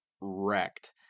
wrecked